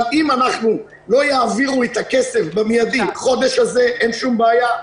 אבל אם לא יעבירו את הכסף באופן מיידי בחודש הזה אין שום בעיה,